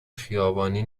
خیابانی